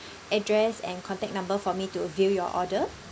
address and contact number for me to view your order